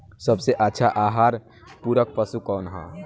सबसे अच्छा आहार पूरक पशु कौन ह?